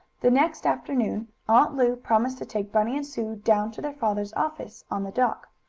the next afternoon aunt lu promised to take bunny and sue down to their father's office, on the dock.